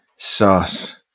Sauce